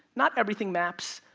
not everything maps.